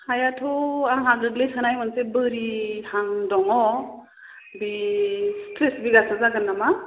हायाथ' आंहा गोग्लैसोनाय मोनसे बोरिहां दङ बे थ्रिस बिगासो जागोन नामा